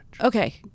Okay